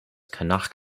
connacht